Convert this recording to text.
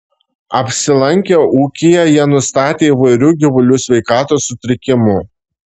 apsilankę ūkyje jie nustatė įvairių gyvulių sveikatos sutrikimų